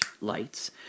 lights